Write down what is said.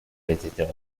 visitors